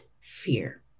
fear